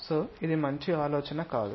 so ఇది మంచి ఆలోచన కాదు